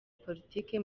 politike